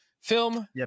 film